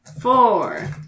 four